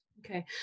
Okay